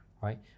right